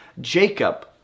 Jacob